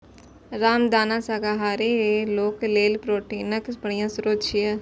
रामदाना शाकाहारी लोक लेल प्रोटीनक बढ़िया स्रोत छियै